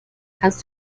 kannst